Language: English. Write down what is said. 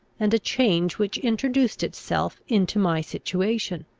and a change which introduced itself into my situation.